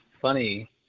funny